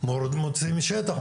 מוציאים שטח,